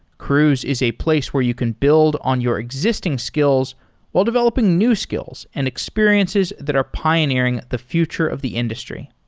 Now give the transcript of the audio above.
cruise is a place where you can build on your existing skills while developing new skills and experiences that are pioneering the future of industry.